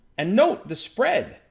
and note, the spread.